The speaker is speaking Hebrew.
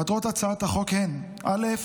מטרות הצעת החוק הן, א.